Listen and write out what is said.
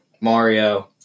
Mario